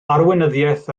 arweinyddiaeth